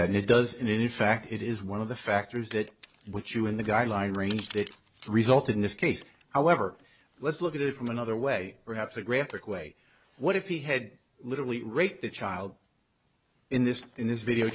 that it doesn't in fact it is one of the factors that what you in the guideline range that result in this case however let's look at it from another way perhaps a graphic way what if he had literally rape the child in this in this video